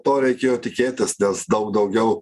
to reikėjo tikėtis nes daug daugiau